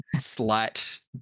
slight